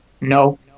No